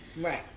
Right